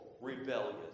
rebellious